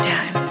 Time